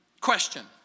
Question